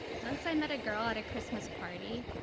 once i met a girl at a christmas party,